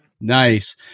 Nice